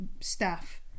staff